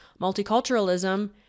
multiculturalism